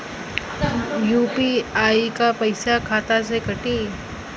UPI क पैसा खाता से कटी?